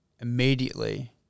immediately